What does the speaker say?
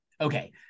Okay